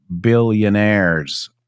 billionaires